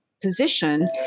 position